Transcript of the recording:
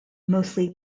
mostly